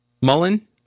Mullen